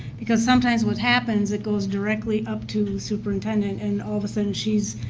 because sometimes what happens, it goes directly up to the superintendent and all of a sudden she's,